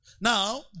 Now